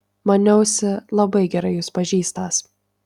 maniausi labai gerai jus pažįstąs